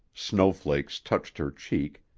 snowflakes touched her cheek,